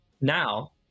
Now